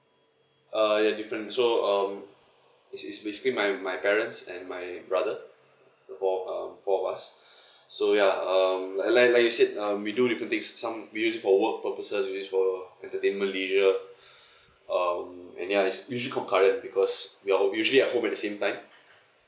uh ya different so um it's it's basically my my parents and my brother the four of um four of us so ya um like like I said um we do different things some we use for work purposes we use for entertain leisure um and ya it's usual current because we are usually at home at the same time